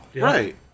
Right